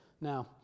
Now